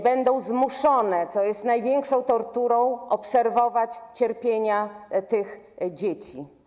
Będą zmuszone, co jest największą torturą, obserwować cierpienia tych dzieci.